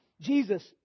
Jesus